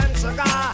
sugar